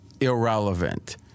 irrelevant